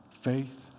faith